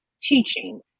teaching